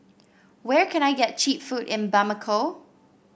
where can I get cheap food in Bamako